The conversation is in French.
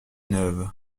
neuve